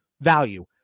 value